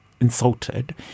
insulted